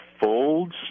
folds